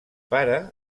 pare